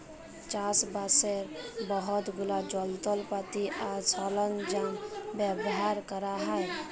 চাষবাসের বহুত গুলা যলত্রপাতি আর সরল্জাম ব্যাভার ক্যরা হ্যয়